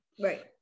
right